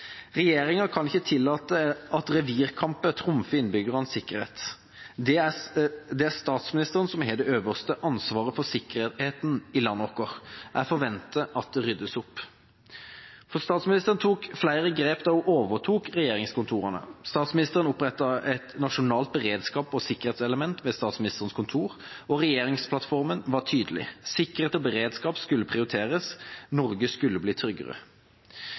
Regjeringa kan ikke tillate at revirkamper trumfer innbyggernes sikkerhet. Det er statsministeren som har det øverste ansvaret for sikkerheten i landet vårt. Jeg forventer at det ryddes opp. Statsministeren tok flere grep da hun overtok regjeringskontorene. Statsministeren opprettet et nasjonalt beredskaps- og sikkerhetselement ved Statsministerens kontor, og regjeringsplattformen var tydelig: Sikkerhet og beredskap skulle prioriteres, Norge skulle bli tryggere.